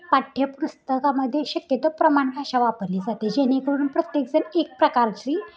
पाठ्यपुस्तकामध्ये शक्यतो प्रमाण भाषा वापरली जाते जेणेकरून प्रत्येक जण एक प्रकारची